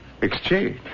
Exchange